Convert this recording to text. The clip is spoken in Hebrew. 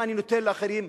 מה אני נותן לאחרים,